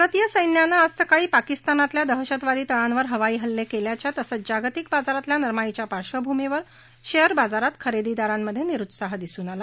भारतीय सैन्याने आज सकाळी पाकिस्तानातल्या दहशतवादी तळांवर हवाई हल्ले केल्याच्या तसंच जागतिक बाजारातल्या नरमाईच्या पार्श्वभूमीवर शेअरबाजारात खरेदीदारांमध्ये निरुत्साह दिसून आला